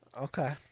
Okay